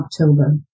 October